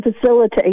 facilitate